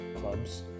clubs